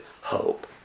hope